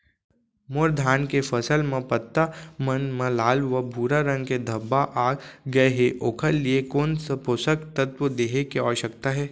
मोर धान के फसल म पत्ता मन म लाल व भूरा रंग के धब्बा आप गए हे ओखर लिए कोन स पोसक तत्व देहे के आवश्यकता हे?